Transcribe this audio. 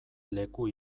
leku